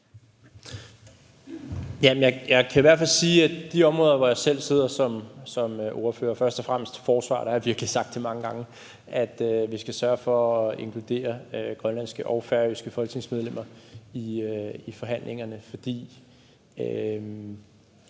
jeg kan i hvert fald sige, at på de områder, hvor jeg selv sidder som ordfører, først og fremmest på forsvarsområdet, har jeg virkelig sagt mange gange, at vi skal sørge for at inkludere grønlandske og færøske folketingsmedlemmer i forhandlingerne, for